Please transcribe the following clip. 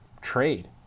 trade